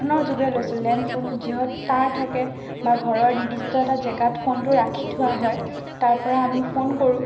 ফোনৰ যোগেৰে লৈছিলোঁ লেণ্ড ফোনত যিহত তাৰ থাকে বা ঘৰৰ নিৰ্দিষ্ট এটা জেগাত ফোনটো ৰাখি থোৱা হয় তাৰ পৰা আমি ফোন কৰোঁ